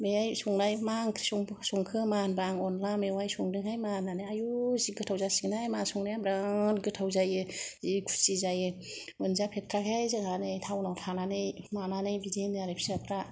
बेहाय संनाय मा ओंख्रि संखो मा होनबा आङो अनला मेवाय संदोंहाय मा होननानै आयु जि गोथाव जासिगोनहाय मा संनाया बेराद गोथाव जायो जि खुसि जायो मोनजाफेरथ्रा हाय जोंहा नै टावनआव थानानै मानानै बिदि होनो आरो फिसाफ्रा